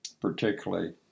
particularly